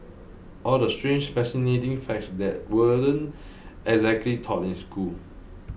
all the strange fascinating facts that weren't exactly taught in school